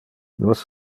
nos